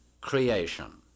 creation